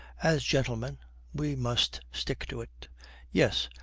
as gentlemen we must stick to it yes.